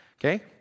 Okay